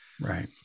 Right